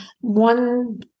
one